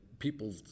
People